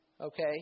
okay